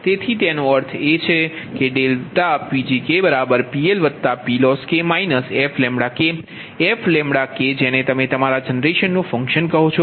તેથી તેનો અર્થ એ છે કે ∆PgPLPLoss fλK fλK જેને તમે તમારા જનરેશનનું ફંક્શન કહો છો